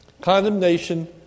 condemnation